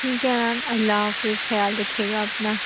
ٹھیک ہے میم اللہ حافظ خیال رکھیے گا اپنا